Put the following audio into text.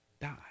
die